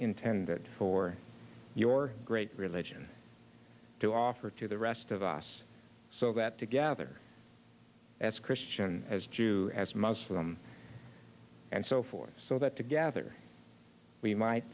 intended for your great religion to offer to the rest of us so that together as christian as jew as most of them and so forth so that together we might